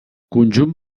conjunt